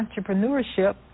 entrepreneurship